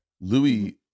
Louis